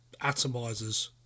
atomizers